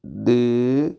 ਦੇ